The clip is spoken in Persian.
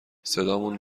صدامون